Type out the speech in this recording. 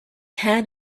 had